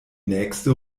nächste